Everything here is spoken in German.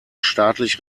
staatlich